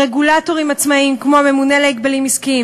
רגולטורים עצמאים כמו הממונה על ההגבלים העסקיים